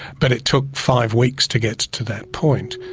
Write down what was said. but it took five weeks to get to that point.